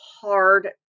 hard